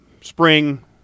spring